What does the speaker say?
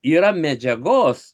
yra medžiagos